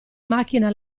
macchina